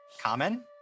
common